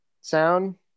sound